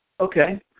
Okay